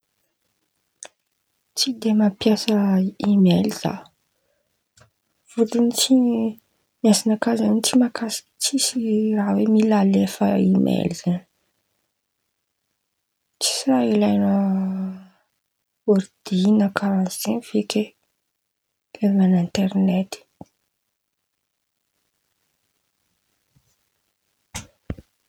Tsy de mampiasa emaily za fôtiny tsy ny asanakà zan̈y tsy makasika tsisy raha hoe mila alefa emaily zan̈y, tsisy raha ilain̈a ôrdy na karàha zen̈y feky e! Jerevan̈a internety.